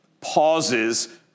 pauses